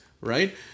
right